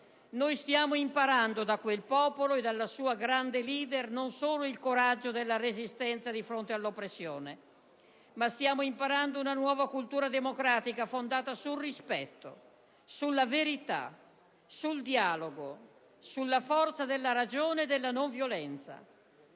Stiamo imparando da quel popolo e dalla sua grande leader non solo il coraggio della resistenza di fronte all'oppressione, ma una nuova cultura democratica fondata sul rispetto, sulla verità, sul dialogo, sulla forza della ragione e della non violenza.